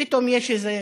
פתאום יש איזו